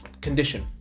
condition